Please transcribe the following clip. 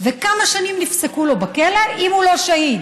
וכמה שנים נפסקו לו בכלא, אם הוא לא שהיד.